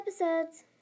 episodes